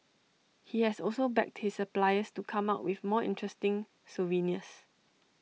he has also begged his suppliers to come up with more interesting souvenirs